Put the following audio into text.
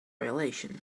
violation